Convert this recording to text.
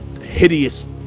hideous